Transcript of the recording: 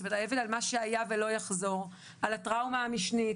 האבל על מה שהיה ולא יחזור על הטראומה המשנית